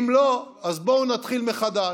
אם לא, אז בואו נתחיל מחדש.